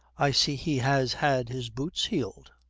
i see he has had his boots heeled